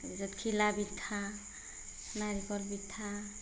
তাৰ পিছত ঘিলা পিঠা নাৰিকল পিঠা